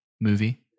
movie